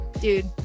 dude